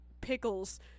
pickles